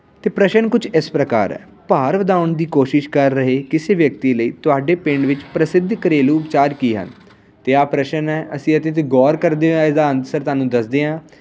ਅਤੇ ਪ੍ਰਸ਼ਨ ਕੁਝ ਇਸ ਪ੍ਰਕਾਰ ਹੈ ਭਾਰ ਵਧਾਉਣ ਦੀ ਕੋਸ਼ਿਸ਼ ਕਰ ਰਹੇ ਕਿਸੇ ਵਿਅਕਤੀ ਲਈ ਤੁਹਾਡੇ ਪਿੰਡ ਵਿੱਚ ਪ੍ਰਸਿੱਧ ਘਰੇਲੂ ਉਪਚਾਰ ਕੀ ਹਨ ਅਤੇ ਆਹ ਪ੍ਰਸ਼ਨ ਹੈ ਅਸੀਂ ਇਹਦੇ 'ਤੇ ਗੌਰ ਕਰਦੇ ਹੋਏ ਇਹਦਾ ਆਨਸਰ ਤੁਹਾਨੂੰ ਦੱਸਦੇ ਹਾਂ